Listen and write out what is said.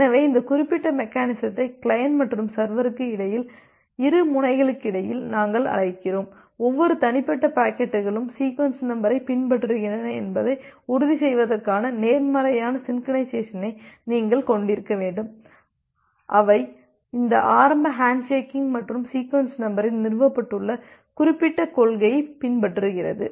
எனவே இந்த குறிப்பிட்ட மெக்கெனிசத்தை கிளையன்ட் மற்றும் சர்வருக்கு இடையில் இரு முனைகளுக்கிடையில் நாங்கள் அழைக்கிறோம் ஒவ்வொரு தனிப்பட்ட பாக்கெட்டுகளும் சீக்வென்ஸ் நம்பரைப் பின்பற்றுகின்றன என்பதை உறுதி செய்வதற்கான நேர்மறையான சின்கொரைனைசேஸனை நீங்கள் கொண்டிருக்க வேண்டும் அவை இந்த ஆரம்ப ஹேண்ட்ஷேக்கிங் மற்றும் சீக்வென்ஸ் நம்பரில் நிறுவப்பட்டுள்ள குறிப்பிட்ட கொள்கையை பின்பற்றுகிறது